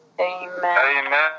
Amen